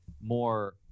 more